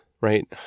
right